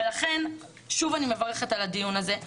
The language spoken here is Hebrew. לכן שוב אני מברכת על הדיון הזה.